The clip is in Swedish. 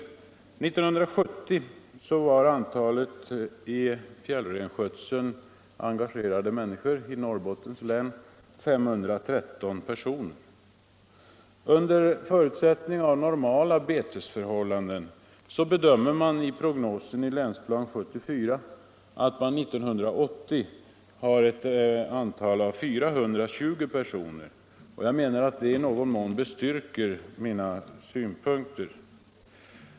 År 1970 var antalet i fjällrenskötseln i Norrbottens län engagerade 513 personer. Under förutsättning av normala betesförhållanden kommer denna grupp enligt prognosen i Länsplan 74 att 1980 uppgå till 420 personer, och jag menar att det i någon mån bestyrker mina synpunkter.